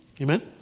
Amen